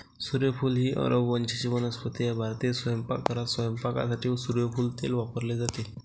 सूर्यफूल ही अरब वंशाची वनस्पती आहे भारतीय स्वयंपाकघरात स्वयंपाकासाठी सूर्यफूल तेल वापरले जाते